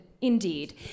indeed